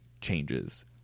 changes